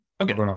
Okay